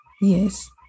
Yes